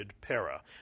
para